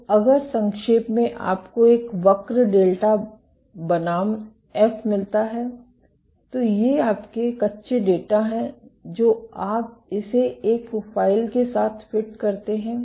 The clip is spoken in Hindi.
तो अगर संक्षेप में आपको एक वक्र डेल्टा बनाम एफ मिलता है तो ये आपके कच्चे डेटा हैं जो आप इसे एक प्रोफ़ाइल के साथ फिट करते हैं